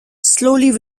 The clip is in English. slowly